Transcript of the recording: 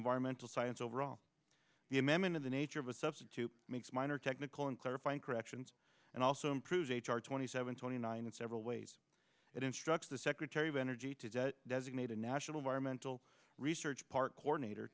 environmental science overall the amendment of the nature of a substitute makes minor technical and clarifying corrections and also improve h r twenty said in twenty nine and several ways it instructs the secretary of energy to designate a national of our mental research part coordinator